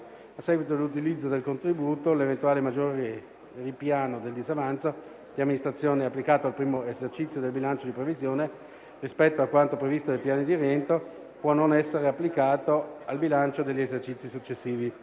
A seguito dell'utilizzo del contributo, l'eventuale maggiore ripiano del disavanzo di amministrazione applicato al primo esercizio del bilancio di previsione rispetto a quanto previsto dai piani di rientro può non essere applicato al bilancio degli esercizi successivi.";